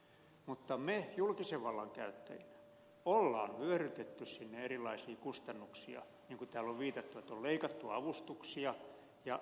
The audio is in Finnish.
mutta me julkisen vallan käyttäjinä olemme vyöryttäneet sinne erilaisia kustannuksia niin kuin täällä on viitattu että on leikattu avustuksia ja vyörytetty muun muassa tilavuokrat